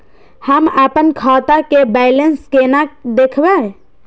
हम अपन खाता के बैलेंस केना देखब?